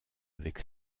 avec